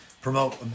promote